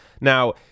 Now